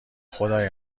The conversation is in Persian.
خدای